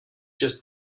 just